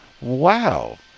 wow